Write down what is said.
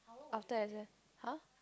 after exam [huh]